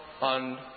on